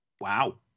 Wow